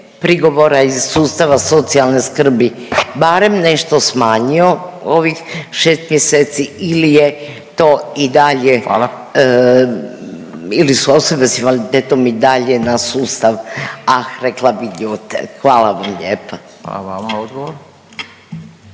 prigovora iz sustava socijalne skrbi barem nešto smanjio ovih 6 mjeseci ili je to i dalje … .../Upadica: Hvala./... ili su osobe s invaliditetom i dalje na sustav, ah, rekla bih, ljute? Hvala vam lijepa. **Radin, Furio